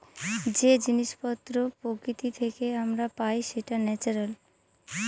যে জিনিস পত্র প্রকৃতি থেকে আমরা পাই সেটা ন্যাচারাল